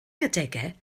adegau